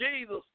Jesus